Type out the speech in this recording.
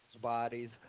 bodies